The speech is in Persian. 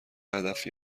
هدفی